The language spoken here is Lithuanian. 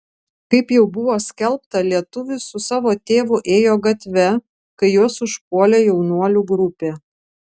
kaip jau buvo skelbta lietuvis su savo tėvu ėjo gatve kai juos užpuolė jaunuolių grupė